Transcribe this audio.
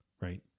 right